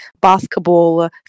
basketball